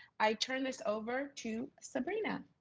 i turn this over to sabrina.